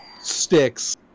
sticks